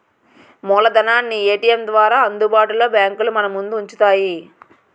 మూలధనాన్ని ఏటీఎం ద్వారా అందుబాటులో బ్యాంకులు మనముందు ఉంచుతాయి